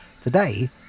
Today